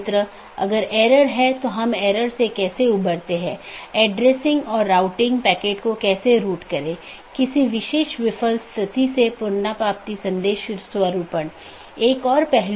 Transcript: हालाँकि एक multi home AS को इस प्रकार कॉन्फ़िगर किया जाता है कि यह ट्रैफिक को आगे न बढ़ाए और पारगमन ट्रैफिक को आगे संचारित न करे